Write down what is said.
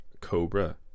Cobra